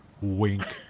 Wink